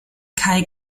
kai